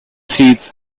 seats